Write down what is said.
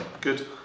Good